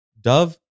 Dove